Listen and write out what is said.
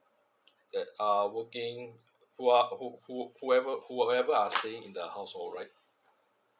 that are working who are who whoever whoever are staying in the household right